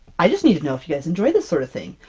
i just need to know if you guys enjoy this sort of thing!